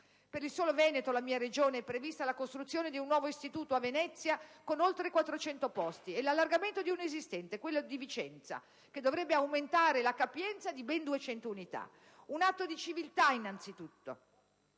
Per il solo Veneto, la mia Regione, è prevista la costruzione di un nuovo istituto a Venezia con oltre 400 posti e l'allargamento di uno esistente, quello di Vicenza, che dovrebbe aumentare la capienza di ben 200 unità. Un atto di civiltà innanzitutto,